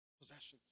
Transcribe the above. Possessions